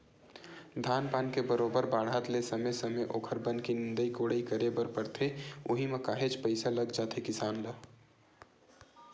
धान पान के बरोबर बाड़हत ले समे समे ओखर बन के निंदई कोड़ई करे बर परथे उहीं म काहेच पइसा लग जाथे किसान ल